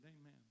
Amen